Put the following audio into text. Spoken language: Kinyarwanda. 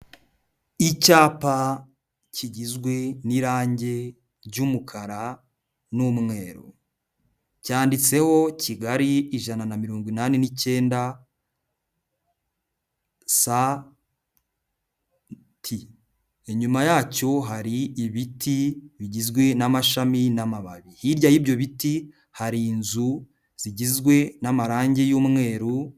Icyapa kigizwe n'irange ry'umukara n'umweru, cyanditseho Kigali ijana na mirongo inani n'icyenda sa ti, inyuma yacyo hari ibiti bigizwe n'amashami n'amababi, hirya y'ibyo biti hari inzu zigizwe n'amarangi y'umweru...